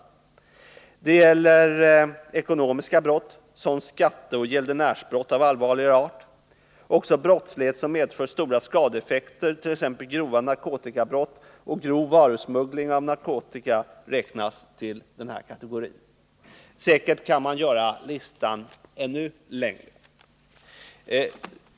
Därmed avses bl.a. ekonomiska brott. som skatteoch gäldenärsbrott av allvarligare art. Också brottslighet som medför stora skadeeffekter, t.ex. grova narkotikabrott och grov smuggling av narkotika räknas till denna kategori. Säkert kan man göra listan ännu längre.